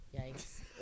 Yikes